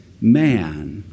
man